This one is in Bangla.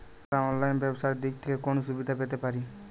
আমরা অনলাইনে ব্যবসার দিক থেকে কোন সুবিধা পেতে পারি?